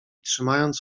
trzymając